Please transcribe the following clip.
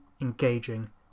engaging